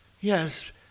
Yes